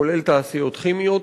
כולל תעשיות כימיות,